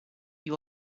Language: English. you